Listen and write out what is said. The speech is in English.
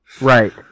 Right